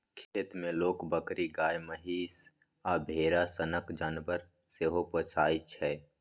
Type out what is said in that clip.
खेत मे लोक बकरी, गाए, महीष आ भेरा सनक जानबर सेहो पोसय छै